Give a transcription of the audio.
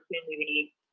opportunity